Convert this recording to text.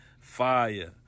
Fire